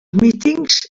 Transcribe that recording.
mítings